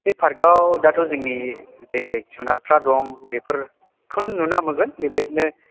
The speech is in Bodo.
बे पार्कआव दाथ' जोंनि जे जुनादफ्रा दं बेफोरखौनो नुनो मोनगोन बेबायदिनो